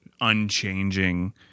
unchanging